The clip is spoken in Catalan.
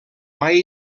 mai